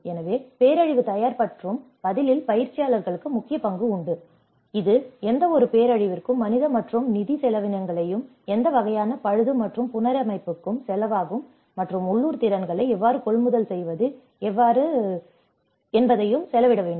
எனவே பேரழிவு தயாரிப்பு மற்றும் பதிலில் பயிற்சியாளர்களுக்கு முக்கிய பங்கு உண்டு மேலும் இது எந்தவொரு பேரழிவிற்கும் மனித மற்றும் நிதி செலவினங்களையும் எந்த வகையான பழுது மற்றும் புனரமைப்புக்கும் செலவாகும் மற்றும் உள்ளூர் திறன்களை எவ்வாறு கொள்முதல் செய்வது எவ்வாறு கொள்முதல் செய்வது என்பதையும் செலவிட வேண்டும்